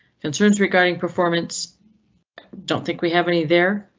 concerns regarding performance don't think we have any there.